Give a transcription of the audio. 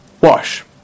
Wash